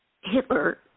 Hitler